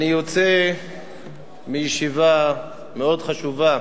אני יוצא מישיבה מאוד חשובה